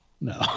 no